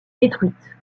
détruite